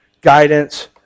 guidance